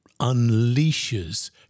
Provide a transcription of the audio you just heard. unleashes